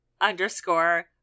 underscore